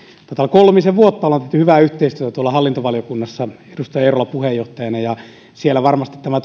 kolmisen vuotta tehneet hyvää yhteistyötä hallintovaliokunnassa edustaja eerola puheenjohtajana ja siellä tämä